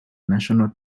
national